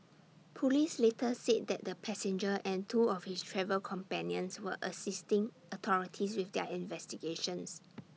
Police later said that the passenger and two of his travel companions were assisting authorities with their investigations